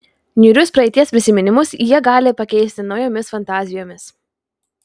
niūrius praeities prisiminimus jie gali pakeisti naujomis fantazijomis